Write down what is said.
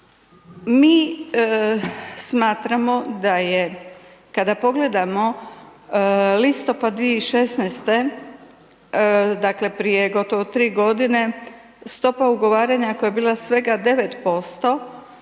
Mi smatramo da je kada pogledamo listopada 2016., dakle prije gotovo 3 godine, stopa ugovaranja koja je bila svega 9%,